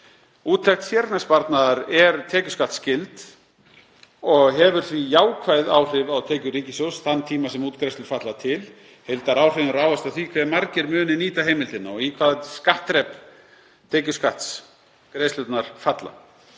Úttekt séreignarsparnaðar er tekjuskattsskyld og hefur því jákvæð áhrif á tekjur ríkissjóðs þann tíma sem útgreiðslur falla til. Heildaráhrifin ráðast af því hve margir muni nýta heimildina og í hvað skattþrep tekjuskatts greiðslurnar falla.